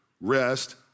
rest